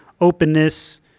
openness